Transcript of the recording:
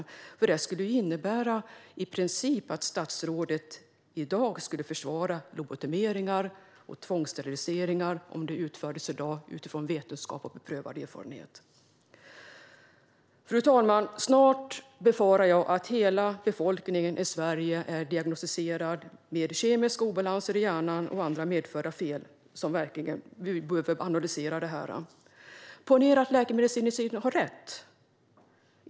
Denna tilltro skulle i princip innebära att statsrådet skulle försvara lobotomeringar och tvångssteriliseringar om de utfördes i dag utifrån vetenskap och beprövad erfarenhet. Fru talman! Jag befarar att hela befolkningen i Sverige snart är diagnostiserad med kemiska obalanser i hjärnan och andra medfödda fel. Vi behöver verkligen analysera det här. Ponera att läkemedelsindustrin har rätt!